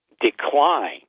decline